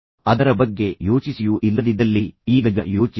ನೀವು ಅದರ ಬಗ್ಗೆ ಯೋಚಿಸಿಯೂ ಇಲ್ಲದಿದ್ದಲ್ಲಿ ಈಗ ಅದರ ಬಗ್ಗೆ ಯೋಚಿಸಿ